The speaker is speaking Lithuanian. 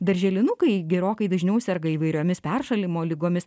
darželinukai gerokai dažniau serga įvairiomis peršalimo ligomis